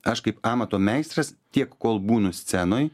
aš kaip amato meistras tiek kol būnu scenoj